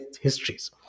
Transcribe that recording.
histories